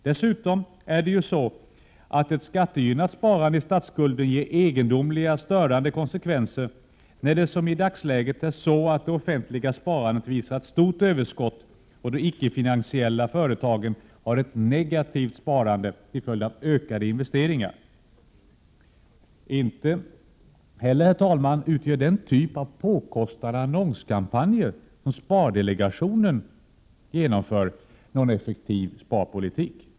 Dessutom är det ju så att ett skattegynnat sparande i statsskulden ger egendomliga störande konsekvenser, när det som i dagsläget är så att det offentliga sparandet visar ett stort överskott och de icke-finansiella företagen har ett negativt sparande till följd av ökade investeringar. Inte heller, herr talman, utgör den typ av påkostade annonskampanjer som spardelegationen genomför någon effektiv sparpolitik.